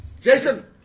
Jason